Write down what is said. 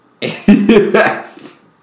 Yes